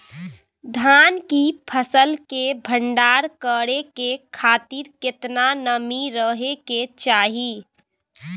धान की फसल के भंडार करै के खातिर केतना नमी रहै के चाही?